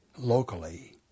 locally